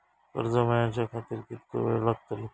कर्ज मेलाच्या खातिर कीतको वेळ लागतलो?